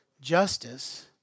Justice